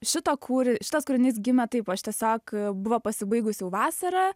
šito kūri šitas kūrinys gimė taip aš tiesiog buvo pasibaigus jau vasara